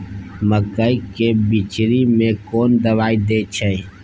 मकई के बिचरी में कोन दवाई दे छै?